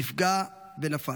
נפגע ונפל.